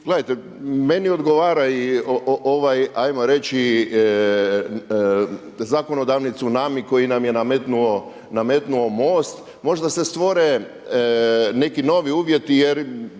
Gledajte, meni odgovara ovaj ajmo reći, zakonodavni zunami koji nam je nametnuo MOST, možda se stvore neki novi uvjeti jer